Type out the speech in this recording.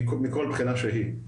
מכל בחינה שהיא.